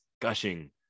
gushing